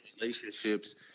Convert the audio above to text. relationships